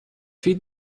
feed